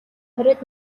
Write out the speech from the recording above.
хориод